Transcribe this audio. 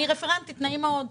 אני רפרנטית, נעים מאוד.